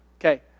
Okay